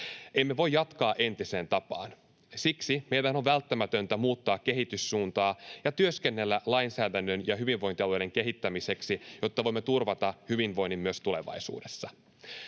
Emme voi jatkaa entiseen tapaan. Siksi meidän on välttämätöntä muuttaa kehityssuuntaa ja työskennellä lainsäädännön ja hyvinvointialueiden kehittämiseksi, jotta voimme turvata hyvinvoinnin myös tulevaisuudessa.